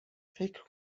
فکر